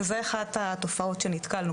שזה אחת התופעות שנתקלנו,